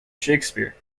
shakespeare